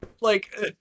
Like-